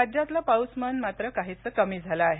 राज्यातल पाऊसमान मात्र काहीसं कमी झालं आहे